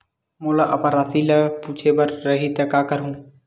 मोला अपन राशि ल पूछे बर रही त का करहूं?